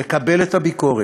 לקבל את הביקורת,